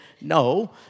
no